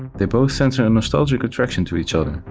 they both sense a and nostalgic attraction to each other,